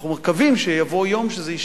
אנחנו מקווים שיבוא יום שזה ישתנה.